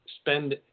spend